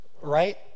right